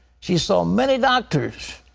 she saw many doctors,